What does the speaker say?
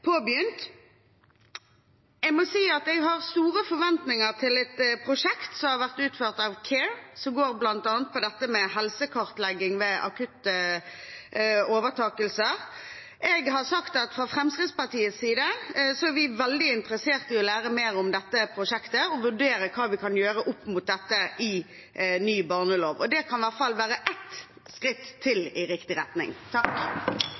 påbegynt. Jeg må si at jeg har store forventninger til et prosjekt som har vært utført av CARE, som går bl.a. på dette med helsekartlegging ved akutte overtakelser. Jeg har sagt at fra Fremskrittspartiets side er vi veldig interessert i å lære mer om dette prosjektet og vurdere hva vi kan gjøre med dette i ny barnelov. Og det kan i hvert fall være ett skritt